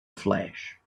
flesh